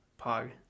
Pog